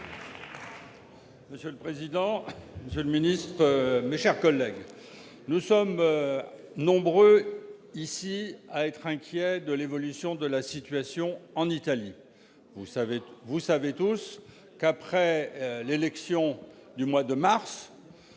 Monsieur le président, monsieur le ministre, mes chers collègues, nous sommes nombreux ici à être inquiets de l'évolution de la situation en Italie. Vous le savez tous, après l'élection du mois de mars,